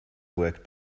work